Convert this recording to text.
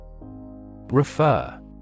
Refer